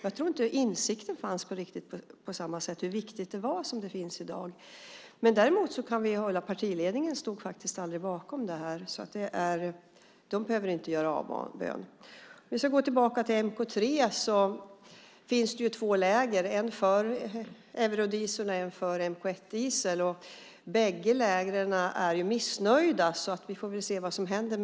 Jag tror inte att insikten om hur viktig den är fanns på samma sätt då som i dag. Jag vill dock framhålla att partiledningen aldrig stod bakom det löftet. De behöver alltså inte göra avbön. Vad gäller mk 3 finns det två läger, en för eurodiesel och en för mk 1-diesel. Bägge lägren är missnöjda, och vi får väl se vad som händer.